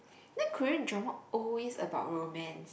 then Korean drama always about romance